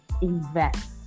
invest